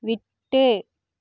விட்டு